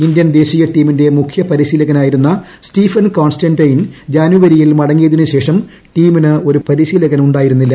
Indian ദേശീയ ടീമിന്റെ മുഖ്യ പരിശീലകനായിരുന്ന സ്റ്റീഫൻ കോൺസ്റ്റന്റയിൻ ജനുവരിയിൽ മടങ്ങിയതിനുശേഷം ടീമിന് ഒരു പരിശീലകനു ായിരുന്നില്ല